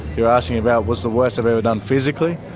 you're asking about what's the worst i've ever done physically?